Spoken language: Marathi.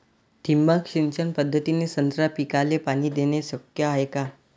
ठिबक सिंचन पद्धतीने संत्रा पिकाले पाणी देणे शक्य हाये का?